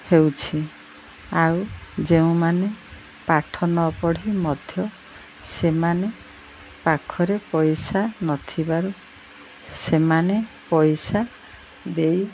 ହେଉଛି ଆଉ ଯେଉଁମାନେ ପାଠ ନପଢ଼ି ମଧ୍ୟ ସେମାନେ ପାଖରେ ପଇସା ନଥିବାରୁ ସେମାନେ ପଇସା ଦେଇ